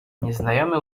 nieznajomy